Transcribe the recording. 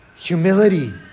Humility